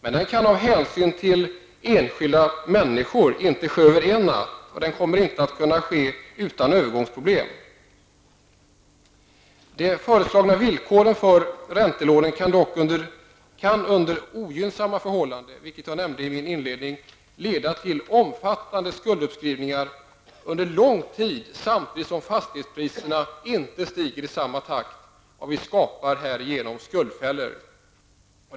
Men den kan av hänsyn till enskilda människor inte ske över en natt, och den kommer inte att kunna ske utan övergångsproblem. De föreslagna villkoren för räntelånen kan under ogynnsamma förhållanden, vilket jag nämnde i min inledning, leda till en omfattande skulduppskrivning under lång tid samtidigt som fastighetspriserna inte stiger i samma takt. Vi skapar härigenom skuldfällor.